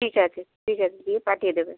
ঠিক আছে ঠিক আছে গিয়ে পাঠিয়ে দেবেন